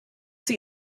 sie